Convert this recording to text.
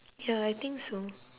ya I think so